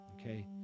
okay